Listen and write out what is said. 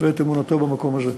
ואת אמונתו במקום הזה.